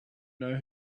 know